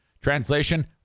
Translation